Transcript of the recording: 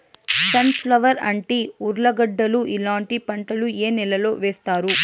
Sun flower, అంటి, ఉర్లగడ్డలు ఇలాంటి పంటలు ఏ నెలలో వేస్తారు?